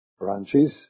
branches